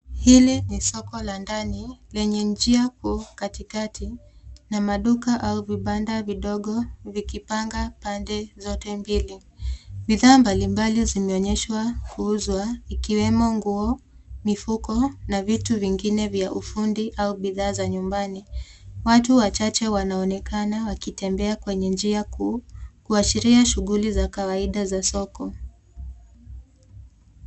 Hili ni soko la ndani lenye njia kuu katikati na maduka au vibanda vidogo vikipanga pande zote mbili. Bidhaa mbalimbali zimeonyeshwa kuuzwa ikiwemo nguo, mifuko na vitu vingine vya ufundi au bidhaa za nyumbani. Watu wachache wanaonekana wakitembea kwenye njia kuu, kuashiria shughuli za kawaida za soko.